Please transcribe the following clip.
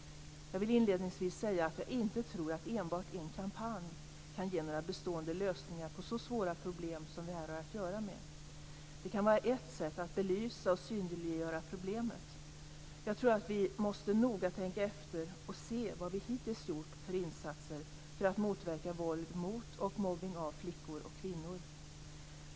Jag vill inledningsvis säga att jag inte tror att enbart en kampanj kan ge några bestående lösningar på så svåra problem som vi här har att göra med. Det kan vara ett sätt att belysa och synliggöra problemet. Jag tror att vi noga måste tänka efter och se vad vi hittills gjort för insatser för att motverka våld mot och mobbning av flickor och kvinnor.